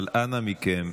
אבל אנא מכם,